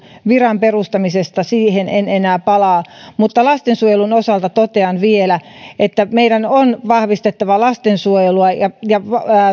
viran perustamisesta siihen en enää palaa mutta lastensuojelun osalta totean vielä että meidän on vahvistettava lastensuojelua ja ja